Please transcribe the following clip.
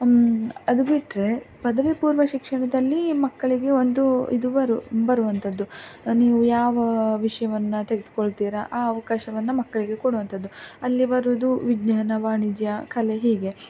ಅದು ಬಿಟ್ಟರೆ ಪದವಿ ಪೂರ್ವ ಶಿಕ್ಷಣದಲ್ಲಿ ಮಕ್ಕಳಿಗೆ ಒಂದು ಇದು ಬರು ಬರುವಂಥದ್ದು ನೀವು ಯಾವ ವಿಷ್ಯವನ್ನು ತೆಗೆದುಕೊಳ್ತಿರಾ ಆ ಅವ್ಕಾಶವನ್ನು ಮಕ್ಕಳಿಗೆ ಕೊಡುವಂಥದ್ದು ಅಲ್ಲಿ ಬರುವುದು ವಿಜ್ಞಾನ ವಾಣಿಜ್ಯ ಕಲೆ ಹೀಗೆ